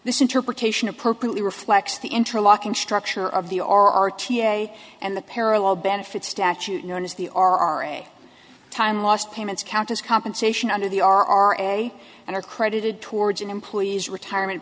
this interpretation appropriately reflects the interlocking structure of the or r t a and the parallel benefit statute known as the r r a time lost payments count as compensation under the r and a and are credited towards an employee's retirement